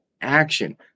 action